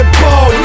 ball